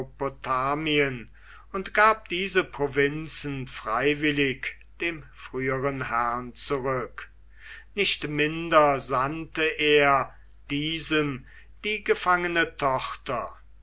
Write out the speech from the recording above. und gab diese provinzen freiwillig dem früheren herrn zurück nicht minder sandte er diesem die gefangene tochter